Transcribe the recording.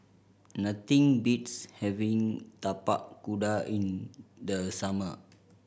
nothing beats having Tapak Kuda in the summer